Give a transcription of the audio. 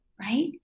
right